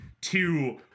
two